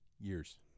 years